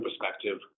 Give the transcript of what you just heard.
perspective